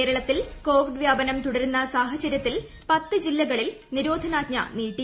കേരളത്തിൽ കോവിഡ് വ്യാപനം തുടരുന്ന സാഹചര്യത്തിൽ പത്ത് ജില്ലകളിൽ നിരോധനാജ്ഞ നീട്ടി